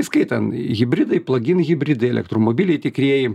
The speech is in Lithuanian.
įskaitan hibridai plaginhibridai elektromobiliai tikrieji